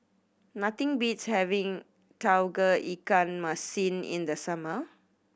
nothing beats having Tauge Ikan Masin in the summer